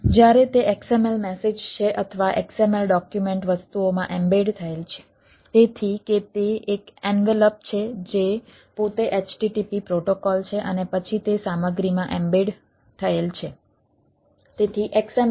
જ્યારે તે XML message છે અથવા XML ડોક્યુમેન્ટ વસ્તુઓમાં એમ્બેડ છે જે પોતે http પ્રોટોકોલ છે અને પછી તે સામગ્રીમાં એમ્બેડ થયેલ છે